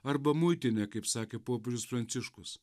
arba muitinę kaip sakė popiežius pranciškus